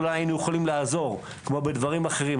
אולי היינו יכולים לעזור כמו בדברים אחרים,